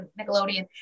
Nickelodeon